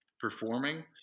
performing